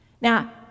Now